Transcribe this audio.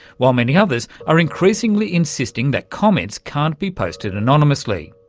while many others are increasingly insisting that comments can't be posted anonymously.